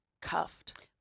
cuffed